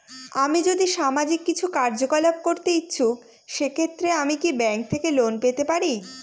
আমি যদি সামাজিক কিছু কার্যকলাপ করতে ইচ্ছুক সেক্ষেত্রে আমি কি ব্যাংক থেকে লোন পেতে পারি?